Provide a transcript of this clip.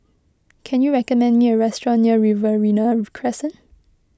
can you recommend me a restaurant near Riverina Crescent